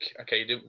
okay